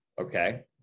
okay